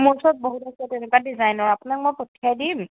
মোৰ চব বহুত আছে তেনেকুৱা ডিজাইনৰ আপোনাক মই পঠিয়াই দিম